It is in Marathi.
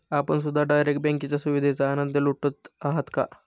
आपण सुद्धा डायरेक्ट बँकेच्या सुविधेचा आनंद लुटत आहात का?